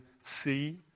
see